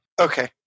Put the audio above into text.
Okay